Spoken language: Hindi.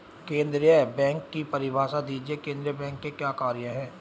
केंद्रीय बैंक की परिभाषा दीजिए केंद्रीय बैंक के क्या कार्य हैं?